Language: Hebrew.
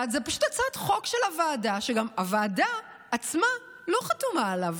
זו פשוט הצעת חוק של הוועדה שגם הוועדה עצמה לא חתומה עליה,